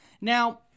now